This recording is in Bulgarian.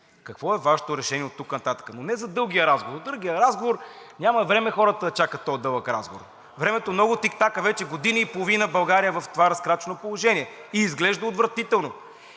Какво е Вашето решение оттук нататък, но не за дългия разговор. Дългия разговор – хората нямат време да чакат този дълъг разговор. Времето много тиктака. Вече година и половина България е в това разкрачено положение и изглежда отвратително.